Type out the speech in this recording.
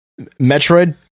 Metroid